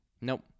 Nope